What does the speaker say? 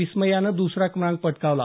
विस्मयानं दुसरा क्रमांक पटकावला